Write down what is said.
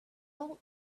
all